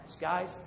Guys